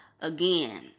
again